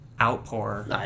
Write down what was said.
outpour